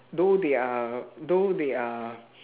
though they are though they are